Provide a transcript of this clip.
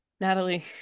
Natalie